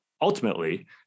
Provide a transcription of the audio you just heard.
ultimately